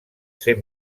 ser